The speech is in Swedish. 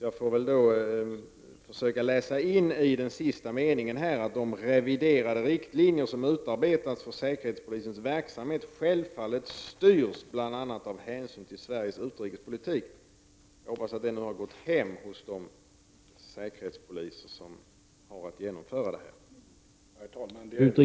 Jag får väl försöka läsa in i den sista meningen i svaret på den frågan att de reviderade riktlinjer som utarbetats för säkerhetspolisens verksamhet självfallet styrs bl.a. av hänsyn till Sveriges utrikespolitik. Jag hoppas att det har gått hem hos de säkerhetspoliser som har att genomföra detta.